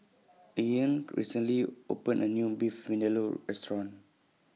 Leeann recently opened A New Beef Vindaloo Restaurant